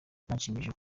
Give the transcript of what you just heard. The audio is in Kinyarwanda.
birashimishije